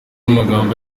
magambo